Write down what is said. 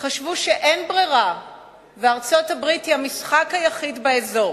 חשבו שאין ברירה וארצות-הברית היא המשחק היחיד באזור